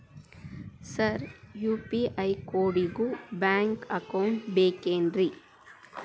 Sir UPI ಕೋಡಿಗೂ bank account ಬೇಕೆನ್ರಿ?